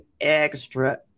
extra